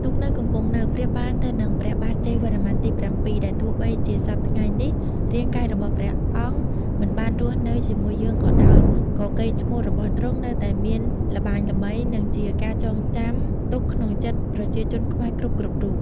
ទូកទៅកំពង់នៅ ប្រៀបបានទៅនឹង ព្រះបាទ ជ័យវរ្ម័នទី៧ ដែលទោះបីជាសព្វថ្ងៃនេះ រាងកាយរបស់ព្រះអង្គមិនបានរស់នៅជាមួយយើងក៏ដោយ តែកេរ្តិ៍ឈ្មោះរបស់ទ្រង់នៅតែមានល្បាញល្បីនិងជាការចងចាំទុកក្នុងចិត្តប្រជាជនខ្មែរគ្រប់ៗរូប។